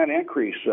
increase